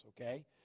okay